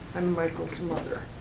i'm michaels mother.